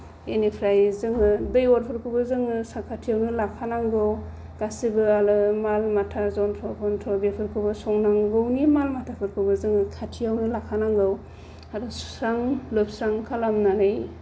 बेनिफ्राय जोङो दै अरफोरखौबो जोङो साखाथियावनो लाखानांगौ गासैबो आरो माल माथा जन्थ्र तन्थ्र बेफोरखौबो संनांगौनि माल माथाफोरखौबो जोङो खाथियावनो लाखानांगौ आरो सुस्रां लोबस्रां खालामनानै